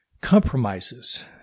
compromises